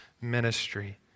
ministry